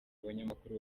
abanyamakuru